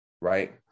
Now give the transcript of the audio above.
Right